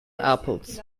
apples